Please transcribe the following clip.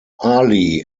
ali